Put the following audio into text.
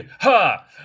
ha